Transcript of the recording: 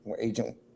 agent